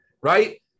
Right